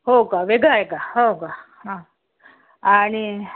हो का वेगळं आहे का हो का हा आणि